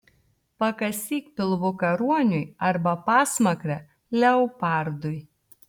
pakasyk pilvuką ruoniui arba pasmakrę leopardui